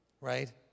Right